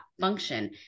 function